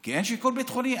כי אין שיקול ביטחוני.